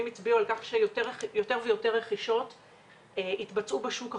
הצביעו על כך שיותר ויותר רכישות התבצעו בשוק החוקי.